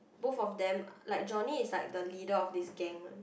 both of them like Johnny is like the leader of this gang